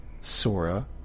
Sora